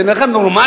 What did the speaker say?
זה נראה לכם נורמלי?